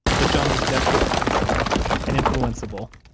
that john was desperate for company and influenceable,